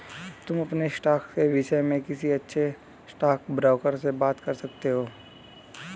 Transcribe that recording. तुम अपने स्टॉक्स के विष्य में किसी अच्छे स्टॉकब्रोकर से बात कर सकते हो